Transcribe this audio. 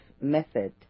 method